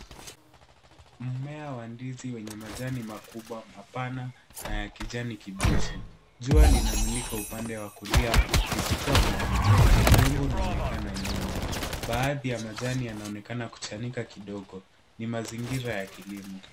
Mimea ya ndizi yenye majani makubwa mapana ya kijani kibichi, huku jua likimulika upande wa kulia likitoa mwanga. Udongo unaonekana nyuma, na baadhi ya majani yanaonekana kuwa yamechanika kidogo, yakionyesha mazingira ya kilimo.